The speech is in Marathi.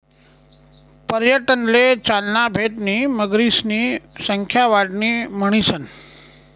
पर्यटनले चालना भेटणी मगरीसनी संख्या वाढणी म्हणीसन